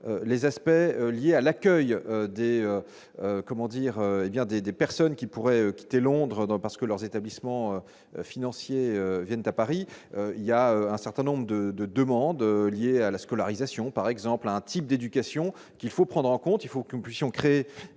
des, comment dire, hé bien des des personnes qui pourraient quitter Londres non parce que leurs établissements financiers viennent à Paris, il y a un certain nombre de de demandes liées à la scolarisation par exemple un type d'éducation qu'il faut prendre en compte, il faut que nous puissions créer